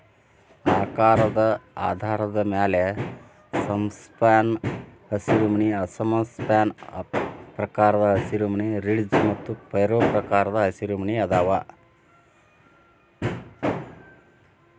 ಆಕಾರದ ಆಧಾರದ ಮ್ಯಾಲೆ ಸಮಸ್ಪ್ಯಾನ್ ಹಸಿರುಮನಿ ಅಸಮ ಸ್ಪ್ಯಾನ್ ಪ್ರಕಾರದ ಹಸಿರುಮನಿ, ರಿಡ್ಜ್ ಮತ್ತು ಫರೋ ಪ್ರಕಾರದ ಹಸಿರುಮನಿ ಅದಾವ